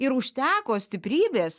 ir užteko stiprybės